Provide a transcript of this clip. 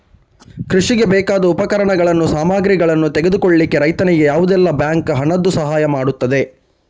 ಕೃಷಿಗೆ ಬೇಕಾದ ಉಪಕರಣಗಳು, ಸಾಮಗ್ರಿಗಳನ್ನು ತೆಗೆದುಕೊಳ್ಳಿಕ್ಕೆ ರೈತನಿಗೆ ಯಾವುದೆಲ್ಲ ಬ್ಯಾಂಕ್ ಹಣದ್ದು ಸಹಾಯ ಮಾಡ್ತದೆ?